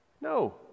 No